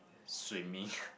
swimming